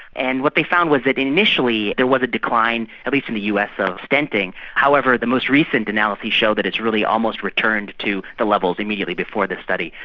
and what they found was that initially there was a decline, at least in the us, of stenting. however, the most recent analyses show that it has really almost returned to the levels immediately before the study.